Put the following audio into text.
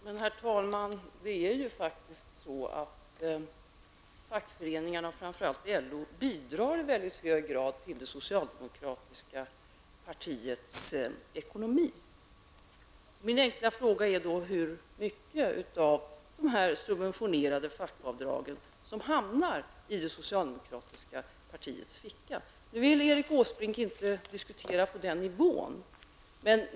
Herr talman! Fackföreningarna, framför allt LO, bidrar faktiskt i väldigt hög grad till det socialdemokratiska partiets ekonomi. Min enkla fråga är hur mycket av de här subventionerade fackavdragen som hamnar i det socialdemokratiska partiets ficka. Nu vill Erik Åsbrink inte diskutera på den nivån.